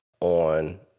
on